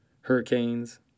Hurricanes